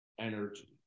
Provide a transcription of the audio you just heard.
energy